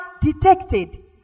detected